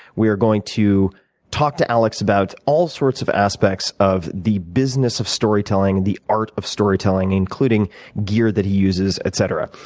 we are going to talk to alex about all sorts of aspects of the business of storytelling, the art of storytelling including gear that he uses, etc.